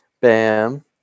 Bam